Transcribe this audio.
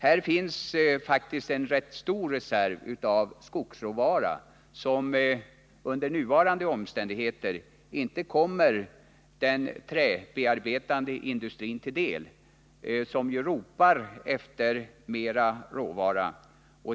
Här finns faktiskt en rätt stor reserv av den skogsråvara som under nuvarande omständigheter inte kommer den träbearbetande industrin till del. Denna industri ropar ju efter mer råvara.